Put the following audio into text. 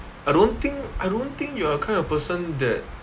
I don't think I don't think you are a kind of person that